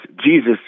Jesus